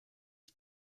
are